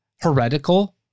heretical